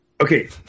Okay